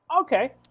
Okay